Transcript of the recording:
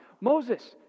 Moses